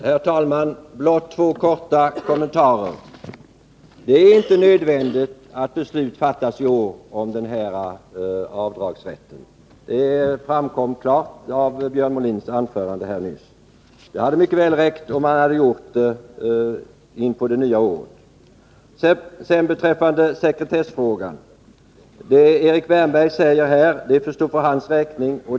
Herr talman! Blott två korta kommentarer: Det är inte nödvändigt att beslut om den här avdragsrätten fattas i år. Det framgick klart av Björn Molins anförande. Det hade mycket väl räckt om beslut fattats in på det nya året. Vad Erik Wärnberg säger beträffande sekretessfrågan får stå för hans räkning.